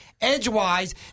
edgewise